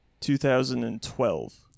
2012